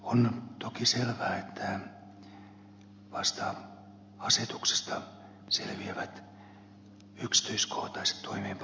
on toki selvää että vasta asetuksesta selviävät yksityiskohtaiset toimeenpanoa koskevat menettelyt muun muassa alueyksiköitten lukumäärä ja keskusyksikön sijainti